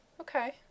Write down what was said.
okay